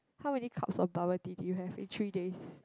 how many cups of bubble tea do you have in three days